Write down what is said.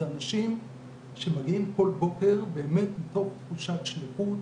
אלה אנשים שמגיעים כל בוקר באמת מתוך תחושת שליחות,